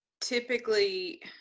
typically